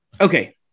Okay